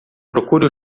procure